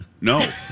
No